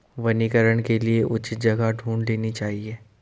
वनीकरण के लिए उचित जगह ढूंढ लेनी चाहिए